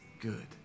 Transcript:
good